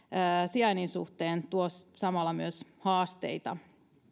sijainnin suhteen tuo samalla myös haasteita